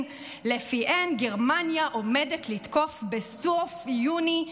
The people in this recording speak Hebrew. שלפיהן גרמניה עומדת לתקוף את רוסיה בסוף יוני.